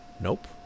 nope